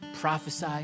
prophesy